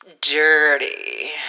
dirty